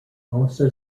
also